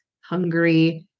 hungry